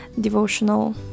devotional